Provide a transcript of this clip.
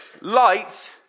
light